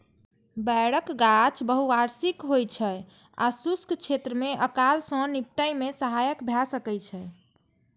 बेरक गाछ बहुवार्षिक होइ छै आ शुष्क क्षेत्र मे अकाल सं निपटै मे सहायक भए सकै छै